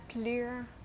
clear